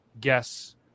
guess